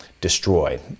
destroyed